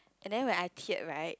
and then when I teared right